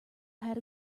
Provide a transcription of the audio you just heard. had